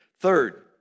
Third